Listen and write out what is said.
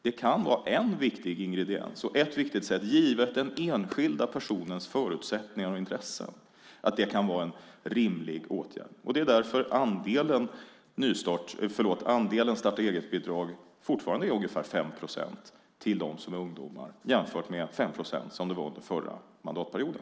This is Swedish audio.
Det kan vara en viktig ingrediens och ett viktigt sätt givet den enskilda personens förutsättningar och intressen att det kan vara en rimlig åtgärd. Det är därför andelen starta-eget-bidrag fortfarande är ungefär 5 procent till ungdomar jämfört med 5 procent under förra mandatperioden.